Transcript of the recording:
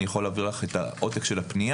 אני יכול להעביר ילך את העותק של הפנייה,